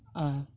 ᱟᱨ